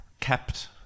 kept